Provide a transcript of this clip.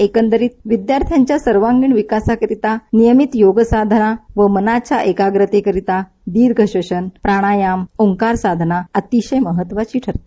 एकंदरीत विद्यार्थ्यांच्या सर्वांगिण विकासाकरिता नियमित योगसाधना तर मनाच्या एकाग्रतेकरिता दीर्घश्वसन प्राणायाम ओंकार साधना अतिशय महत्वाची आहे